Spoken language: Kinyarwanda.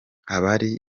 abari